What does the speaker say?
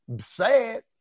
sad